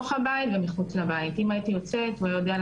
מה הייתי עושה בבית, הוא היה יודע כל הזמן.